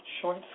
Short